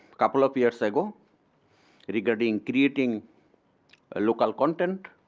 couple of years ago regarding creating ah local content,